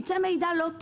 ייצא לא טוב,